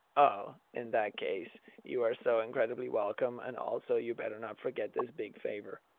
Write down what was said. oh, in that case you are so incredibly welcome and also you better not forget this big favor.